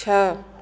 छह